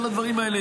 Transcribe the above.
כל הדברים האלה,